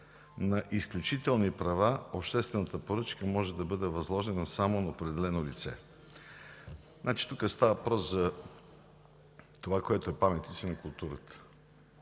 на изключителни права обществената поръчка може да бъде възложена само на определено лице”. Тук става въпрос за това, което са паметници на културата